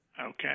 Okay